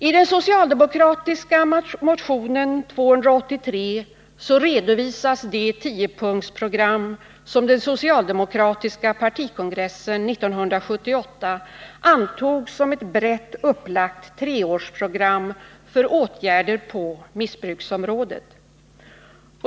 I den socialdemokratiska motionen 283 redovisas det tiopunktsprogram, som den socialdemokratiska partikongressen 1978 antog som ett brett upplagt treårsprogram för åtgärder på missbruksområdet.